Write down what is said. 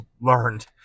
learned